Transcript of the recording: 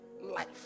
life